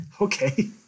Okay